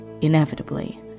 inevitably